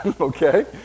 okay